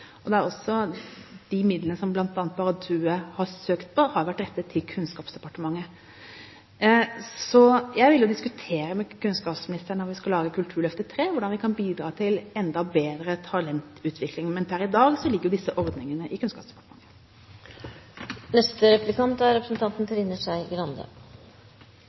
har vært rettet til Kunnskapsdepartementet. Jeg vil diskutere med kunnskapsministeren om vi skal lage Kulturløftet III, og hvordan vi kan bidra til enda bedre talentutvikling. Men per i dag ligger disse ordningene i Kunnskapsdepartementet. Det er